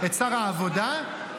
חבר הכנסת ביטון,